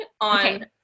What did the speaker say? on